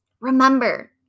Remember